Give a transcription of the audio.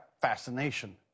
fascination